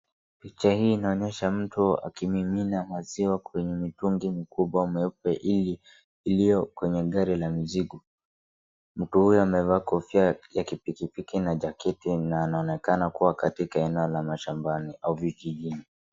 Picha hii inaonyesha mtu akimimina maziwa kwenye mtungi mkubwa mweupe iliyo kwenye gari la mizigo. Mtu huyo amevaa kofia ya pikipiki na jaketi na anaonekana kuwa katika eneo la mashambani